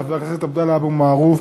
חבר הכנסת עבדאללה אבו מערוף,